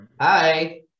Hi